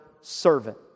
servant